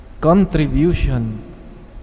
contribution